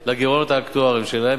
שקל לגירעונות האקטואריים שלהן,